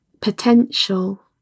potential